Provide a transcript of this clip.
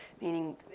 Meaning